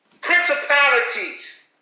principalities